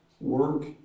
work